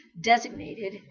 designated